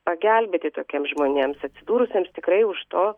pagelbėti tokiem žmonėms atsidūrusiems tikrai už to